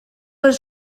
oes